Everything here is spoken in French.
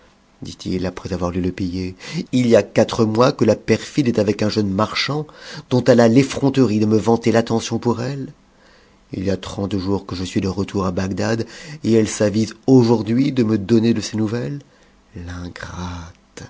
après avoir lu le billet il y a quatre mois que la perfide est avec un jeune marchand dont elle a l'ecrontene de ue vanter l'attention pour elle i y a trente jours que je suis de retour bagdad et elle s'avise aujourd'hui de me donner de ses nouvelles